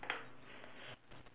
then she said twenty minutes no meh